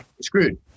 screwed